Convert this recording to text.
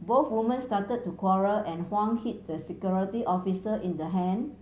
both woman started to quarrel and Huang hit the security officer in the hand